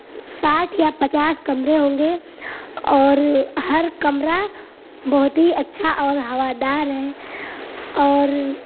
ساٹھ یا پچاس کمرے ہوں گے اور ہر کمرہ بہت ہی اچھا اور ہوا دار ہے اور